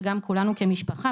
וגם לכולנו כמשפחה,